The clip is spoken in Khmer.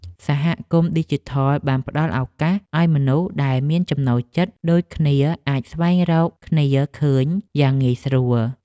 សហគមន៍ឌីជីថលបានផ្ដល់ឱកាសឱ្យមនុស្សដែលមានចំណូលចិត្តដូចគ្នាអាចស្វែងរកគ្នាឃើញយ៉ាងងាយស្រួល។